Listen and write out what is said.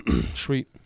Sweet